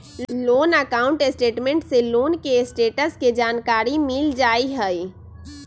loan account statement से loan के status के जानकारी मिल जाइ हइ